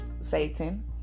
Satan